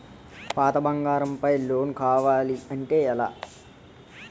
పాత బంగారం పై లోన్ కావాలి అంటే ఎలా?